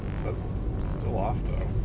says it's still off though.